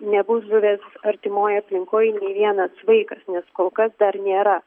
nebus žuvęs artimoj aplinkoj nė vienas vaikas nes kol kas dar nėra